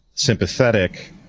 sympathetic